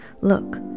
Look